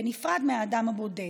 וזה בנפרד מהאדם הבודד.